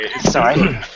Sorry